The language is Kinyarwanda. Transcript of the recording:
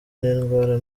n’indwara